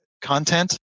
content